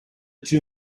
two